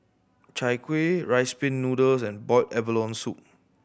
Chai Kueh Rice Pin Noodles and boiled abalone soup